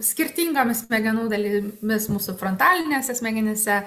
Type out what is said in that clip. skirtingomis smegenų dalimis mūsų frontalinėse smegenyse